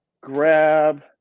grab